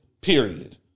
period